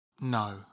No